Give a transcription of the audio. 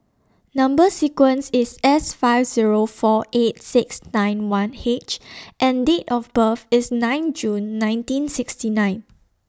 Number sequence IS S five Zero four eight six nine one H and Date of birth IS nine June nineteen sixty nine